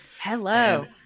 hello